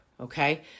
Okay